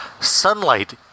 sunlight